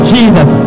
Jesus